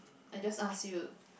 I just ask you